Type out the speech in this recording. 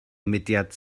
mudiad